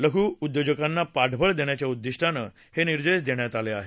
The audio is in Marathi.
लघु उद्योजकांना पाठबळ देण्याच्या उद्दिष्टानं हे निर्देश देण्यात आले आहे